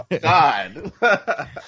God